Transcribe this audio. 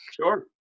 Sure